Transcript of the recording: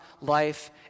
life